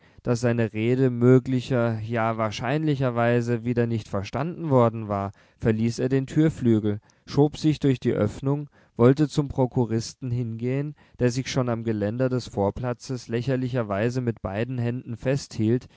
daß seine rede möglicher ja wahrscheinlicherweise wieder nicht verstanden worden war verließ er den türflügel schob sich durch die öffnung wollte zum prokuristen hingehen der sich schon am geländer des vorplatzes lächerlicherweise mit beiden händen festhielt